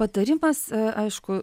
patarimas aišku